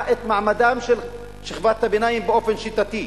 את מעמדה של שכבת הביניים באופן שיטתי.